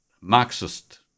Marxist